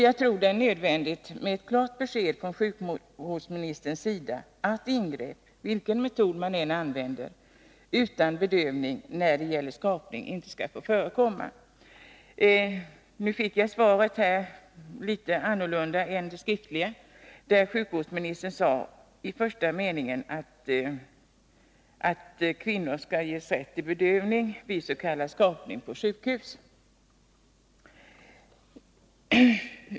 Jag tror det är nödvändigt med ett klart besked från sjukvårdsministerns sida, att ingrepp utan bedövning när det gäller skrapning, vilken metod man än använder, inte skall få förekomma. Nu fick jag svaret här — litet annorlunda än det skriftliga svaret, där sjukvårdsministern sade i första meningen att kvinnor skall ges rätt till bedövning vid s.k. skrapning på sjukhus.